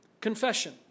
Confession